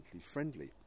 friendly